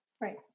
Right